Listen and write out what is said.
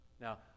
Now